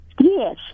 Yes